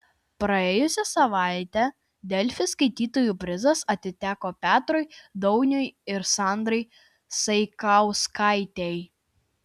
praėjusią savaitę delfi skaitytojų prizas atiteko petrui dauniui ir sandrai saikauskaitei